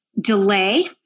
delay